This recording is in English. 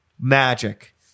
magic